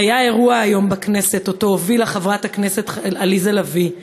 היה היום בכנסת אירוע שהובילה חברת הכנסת עליזה לביא,